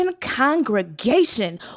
congregation